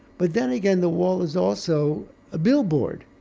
but then again the wall is also a billboard,